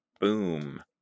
Boom